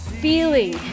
feeling